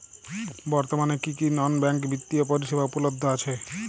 বর্তমানে কী কী নন ব্যাঙ্ক বিত্তীয় পরিষেবা উপলব্ধ আছে?